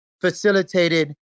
facilitated